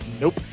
Nope